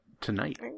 Tonight